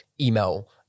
email